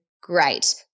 great